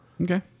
Okay